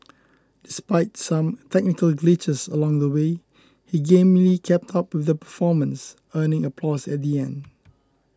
despite some glitches along the way he gamely kept up with the performance earning applause at the end